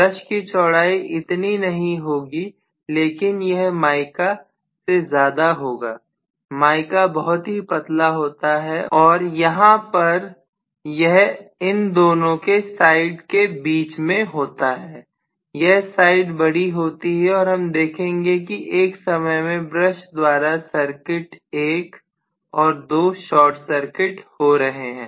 brush की चौड़ाई इतनी नहीं होगी लेकिन यह माइका से ज्यादा होगा माइका बहुत ही पतला होता है और यह पर के दोनों साइड के बीच में होता है यह साइड बड़ी होती है और हम देखेंगे कि एक समय में ब्रश द्वारा सर्किट 1 और 2 शॉर्ट सर्किट हो रहे हैं